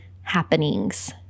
happenings